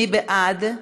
מי בעד?